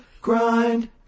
Grind